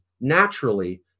naturally